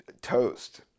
toast